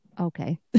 okay